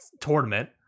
tournament